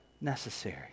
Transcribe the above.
necessary